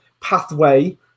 pathway